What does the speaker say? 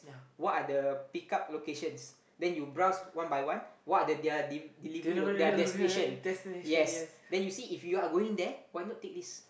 what are the pick up locations then you browse one by one what are the their de~ delivery loca~ their destination yes then you see if you are going there why not take this